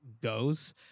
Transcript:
goes